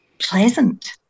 pleasant